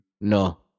No